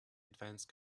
advance